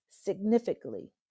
significantly